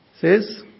Says